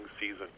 season